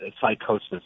psychosis